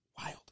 wild